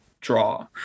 draw